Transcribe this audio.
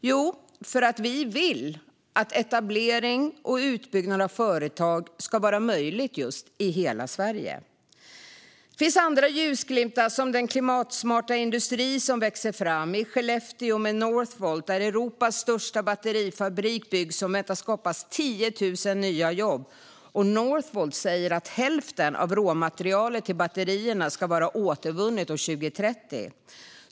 Jo, för att vi vill att etablering och utbyggnad av företag ska vara möjligt i hela Sverige. Det finns andra ljusglimtar, som den klimatsmarta industri som växer fram. I Skellefteå bygger Northvolt Europas största batterifabrik, som väntas skapa 10 000 nya jobb. Northvolt säger att hälften av råmaterialet till batterierna ska vara återvunnet år 2030.